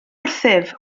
wrthyf